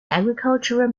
agricultural